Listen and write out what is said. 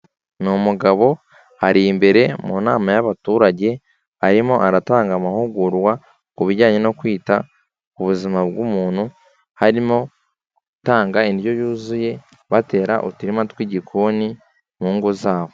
Ni umugabo ari imbere mu nama y'abaturage arimo aratanga amahugurwa ku bijyanye no kwita ku buzima bw'umuntu, harimo gutanga indyo yuzuye, batera uturima tw'igikoni mu ngo zabo.